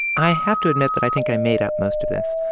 i have to admit that i think i made up most of this.